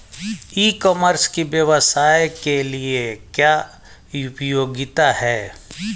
ई commerce की व्यवसाय के लिए क्या उपयोगिता है?